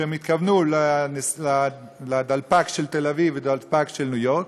הם התכוונו לדלפק של תל-אביב ולדלפק של ניו-יורק,